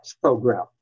program